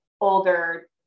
older